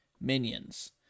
minions